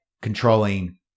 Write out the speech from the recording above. controlling